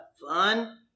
fun